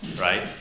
Right